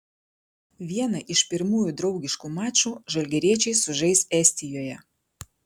vieną iš pirmųjų draugiškų mačų žalgiriečiai sužais estijoje